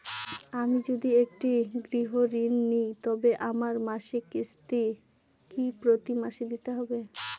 আমি যদি একটি গৃহঋণ নিই তবে আমার মাসিক কিস্তি কি প্রতি মাসে দিতে হবে?